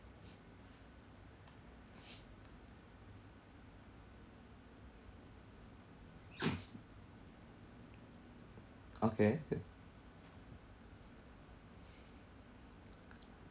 okay